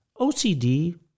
OCD